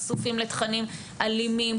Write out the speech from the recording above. חשופים לתכנים אלימים,